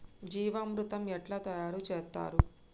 జీవామృతం ఎట్లా తయారు చేత్తరు?